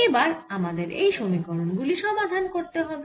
এবার আমাদের এই সমীকরণ গুলি সমাধান করতে হবে